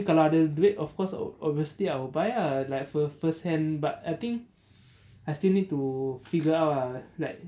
kalau ada duit of course obviously I will buy ah like a first hand but I think I still need to figure out ah like